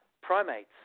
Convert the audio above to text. primates